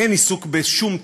אין עיסוק בשום תוכן,